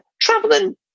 traveling